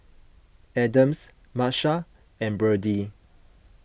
Adams Marsha and Birdie